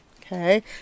Okay